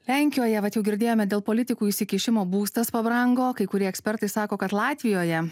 lenkijoje vat jau girdėjome dėl politikų įsikišimo būstas pabrango o kai kurie ekspertai sako kad latvijoje